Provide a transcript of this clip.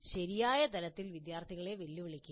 ശരിയായ തലത്തിൽ വിദ്യാർത്ഥികളെ വെല്ലുവിളിക്കുക